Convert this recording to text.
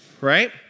Right